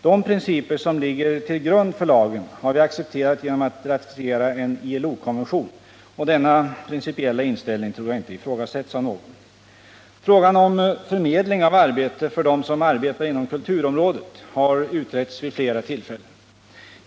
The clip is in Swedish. De principer som ligger till grund för lagen har vi accepterat genom att ratificera en ILO-konvention, och denna principiella inställning tror jag inte ifrågasätts av någon. Frågan om förmedling av arbete för dem som arbetar inom kulturområdet har utretts vid flera tillfällen.